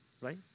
Right